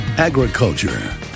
Agriculture